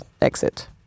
exit